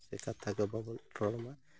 ᱥᱮ ᱠᱟᱛᱷᱟ ᱠᱚ ᱵᱟᱵᱚᱱ ᱨᱚᱲᱢᱟ